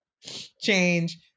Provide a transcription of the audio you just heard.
change